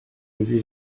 wedi